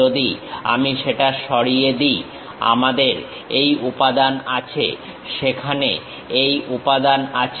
যদি আমি সেটা সরিয়ে দিই আমাদের এই উপাদান আছে সেখানে এই উপাদান আছে